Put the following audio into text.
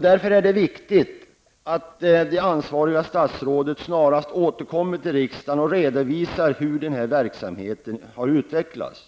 Därför är det viktigt att det ansvariga statsrådet snarast för riksdagen redovisar hur den här verksamheten har utvecklats.